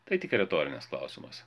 tai tik retorinis klausimas